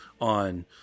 on